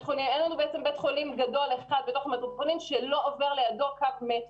אין לנו בית חולים גדול שלא עובר לידו קו מטרו.